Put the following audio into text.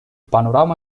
panorama